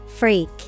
Freak